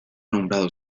nombrado